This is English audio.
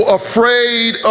afraid